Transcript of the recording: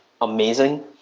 amazing